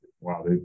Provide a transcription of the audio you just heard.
Wow